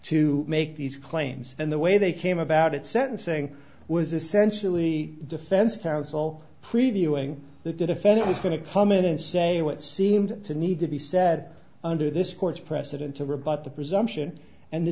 to make these claims and the way they came about at sentencing was essentially defense counsel previewing the defendant was going to come in and say what seemed to need to be said under this court's precedent to rebut the presumption and the